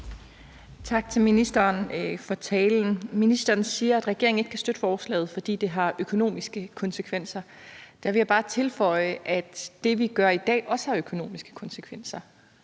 Tak til ministeren for talen. Ministeren siger, at regeringen ikke kan støtte forslaget, fordi det har økonomiske konsekvenser. Der vil jeg bare tilføje, at det, vi gør i dag, også har økonomiske konsekvenser.